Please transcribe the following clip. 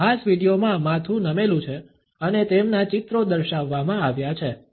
આ ખાસ વિડીયોમાં માથું નમેલું છે અને તેમના ચિત્રો દર્શાવવામાં આવ્યા છે